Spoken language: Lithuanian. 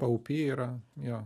paupy yra jo